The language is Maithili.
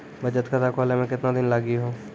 बचत खाता खोले मे केतना दिन लागि हो?